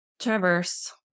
traverse